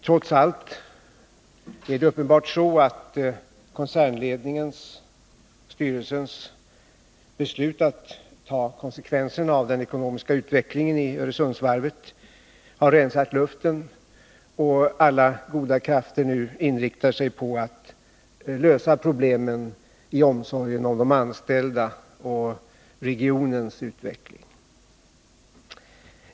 Trots allt är det uppenbarligen så att beslutet i koncernledningens styrelse att ta konsekvenserna av den ekonomiska utvecklingen för Öresundsvarvet har rensat luften och att alla goda krafter nu inriktas på att lösa problemen i omsorgen om de anställda och om regionens utveckling.